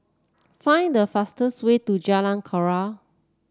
find the fastest way to Jalan Koran